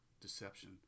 deception